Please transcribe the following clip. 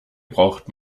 braucht